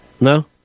No